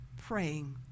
praying